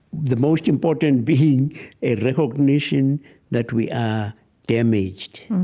the most important being a recognition that we are damaged.